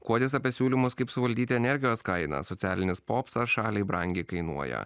kuodis apie siūlymus kaip suvaldyti energijos kainą socialinis popsas šaliai brangiai kainuoja